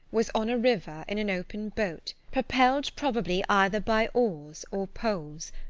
was on a river in an open boat propelled probably either by oars or poles,